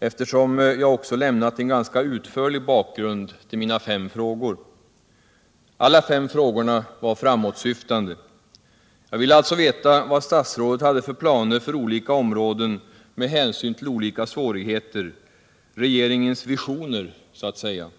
trots att jag också lämnat en ganska utförlig bakgrund till mina fem frågor. Alla fem frågorna var framåtsyftande. Jag ville få kännedom om vad statsrådet hade för planer för olika områden med hänsyn till olika svårigheter —- regeringens visioner så att säga.